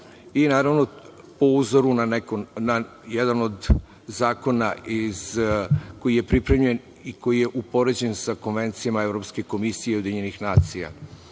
i, naravno, po uzoru na jedan od zakona koji je pripremljen i koji je upoređen sa konvencijama Evropske komisije UN. Pre svega,